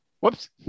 whoops